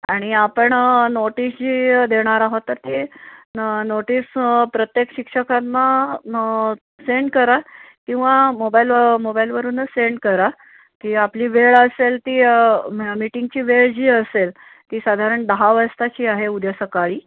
आणि आपण नोटीस जी देणार आहो तर ती न नोटीस प्रत्येक शिक्षकांना न सेंड करा किंवा मोबाईल मोबाईलवरूनच सेंड करा की आपली वेळ असेल ती म मीटिंगची वेळ जी असेल ती साधारण दहा वाजताची आहे उद्या सकाळी